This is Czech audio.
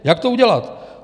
Jak to udělat?